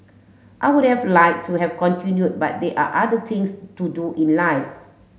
I would have like to have continued but they are other things to do in life